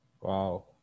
Wow